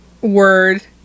word